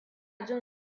jin